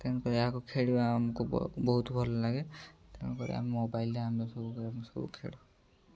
ତେଣୁକରି ଏହାକୁ ଖେଳିବା ଆମକୁ ବହୁତ ଭଲ ଲାଗେ ତେଣୁକରି ଆମେ ମୋବାଇଲ୍ରେ ଆମେ ସବୁ ଗେମ୍ ସବୁ ଖେଳୁ